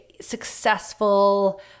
successful